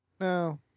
No